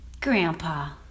Grandpa